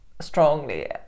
strongly